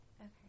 Okay